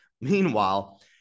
Meanwhile